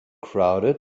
crowded